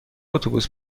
اتوبوس